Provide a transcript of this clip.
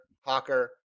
Hawker